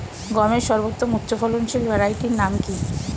গমের সর্বোত্তম উচ্চফলনশীল ভ্যারাইটি নাম কি?